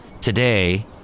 today